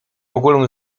ogólę